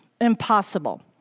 impossible